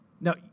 Now